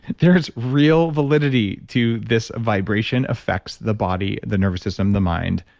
there's real validity to this vibration affects the body, the nervous system, the mind.